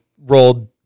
rolled